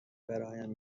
برایم